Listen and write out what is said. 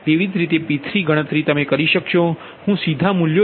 તેવી જ રીતે P3ગણતરી તમે કરી શકશો હું સીધા મૂલ્ય લખી રહ્યો છું 1